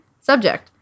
subject